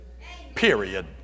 period